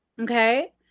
Okay